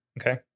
Okay